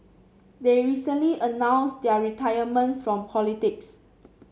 they recently announced their retirement from politics